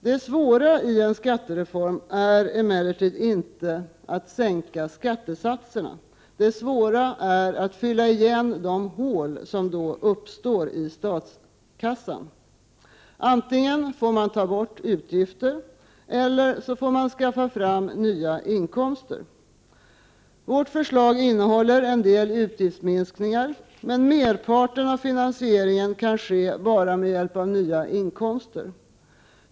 Det svåra i en skattereform är emellertid inte att sänka skattesatserna, utan det är att fylla igen de hål sänkningen skapar i statskassan. Antingen får man ta bort utgifter eller också får man skaffa nya inkomster. Våra förslag innehåller en del utgiftsminskningar, men merparten av finansieringen kan bara ske med hjälp av nya inkomster.